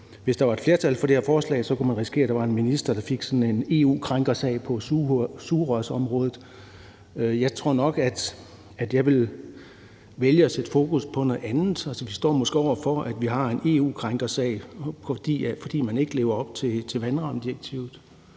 hvis der var et flertal for det her forslag, kunne risikere, at der var en minister, der fik sådan en EU-krænkelsessag på sugerørsområdet. Jeg tror nok, at jeg ville vælge at sætte fokus på noget andet. Vi står måske over for, at vi har en EU-krænkelsessag, fordi vi ikke lever op til vandrammedirektivet.